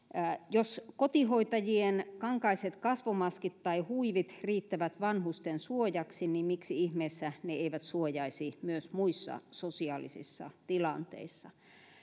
jos kotihoitajien kankaiset kasvomaskit tai huivit riittävät vanhusten suojaksi niin miksi ihmeessä ne eivät suojaisi myös muissa sosiaalisissa tilanteissa